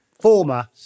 former